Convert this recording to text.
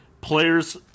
players